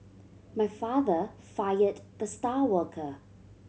my father fired the star worker